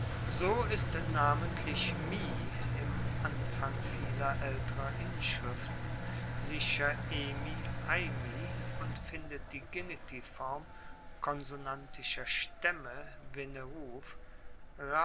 so ist namentlich mi im anfang vieler aelterer inschriften sicher und findet die genetivform konsonantischer staemme